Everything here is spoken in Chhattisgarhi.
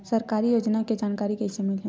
सरकारी योजना के जानकारी कइसे मिलही?